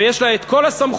ויש לה את כל הסמכויות,